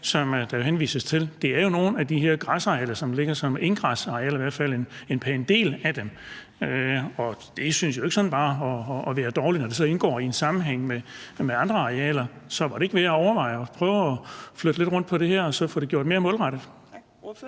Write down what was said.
som der henvises til, er jo nogle af de her græsarealer, som ligger som enggræs – i hvert fald en pæn del af dem. Det synes ikke bare sådan at være dårligt, når det så indgår i en sammenhæng med andre arealer. Så var det ikke værd at overveje at prøve at flytte lidt rundt på det her og så få gjort det mere målrettet? Kl.